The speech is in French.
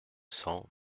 cents